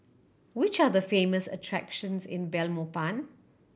which are the famous attractions in Belmopan